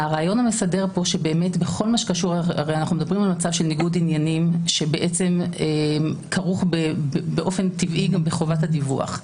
אנחנו הרי מדברים על ניגוד עניינים שכרוך באופן טבעי גם בחובת הדיווח.